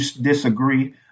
disagree